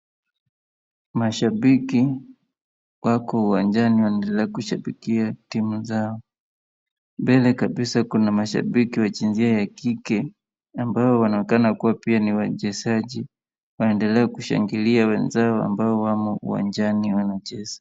Mashabiki wako uwanjani wanaendelea kiushabikia timu zao. Mbele kabisa kuna mashabiki wa jinsia ya kike, ambao wanaonekana kuwa ni wachezaji, wanaendelea kushangilia wenzao ambao wamo uwanjani wanacheza.